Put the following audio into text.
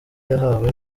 yahawe